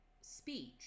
speech